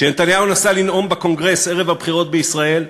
כשנתניהו נסע לנאום בקונגרס ערב הבחירות בישראל,